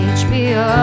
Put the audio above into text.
hbo